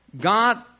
God